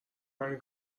همین